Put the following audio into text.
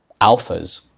alphas